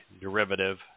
derivative